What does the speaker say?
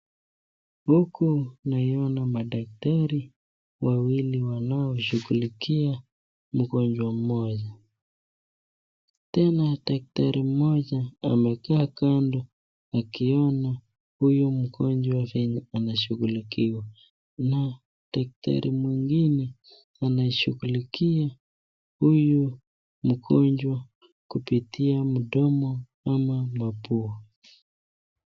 Huku naiona madaktari wawili wanaomshughulikia mgonjwa mmoja. Tena daktari mmoja amekaa kando akiona huyu mgonjwa venye anashughulikiwa na daktari mwingine anashughulikia huyu mgonjwa kupitia mdomo ama mapua.